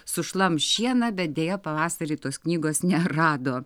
sušlamš šieną bet deja pavasarį tos knygos nerado